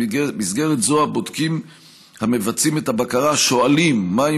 במסגרת זו הבודקים המבצעים את הבקרה שואלים מהי